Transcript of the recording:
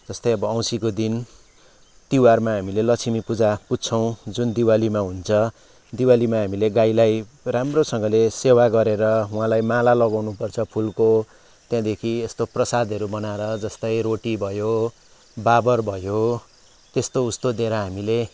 जस्तै अब औँसीको दिन तिहारमा हामीले लक्ष्मी पूजा पुज्छौँ जुन दिवालीमा हुन्छ दिवालीमा हामीले गाईलाई राम्रोसँगले सेवा गरेर उहाँलाई माला लगाउनु पर्छ फुलको त्यहाँदेखि यस्तो प्रसादहरू बनाएर जस्तै रोटी भयो बाबर भयो त्यस्तो उस्तो दिएर हामीले